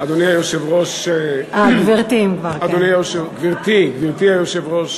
גברתי היושבת-ראש,